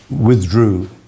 withdrew